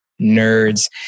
Nerds